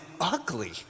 ugly